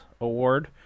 Award